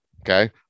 Okay